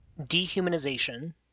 dehumanization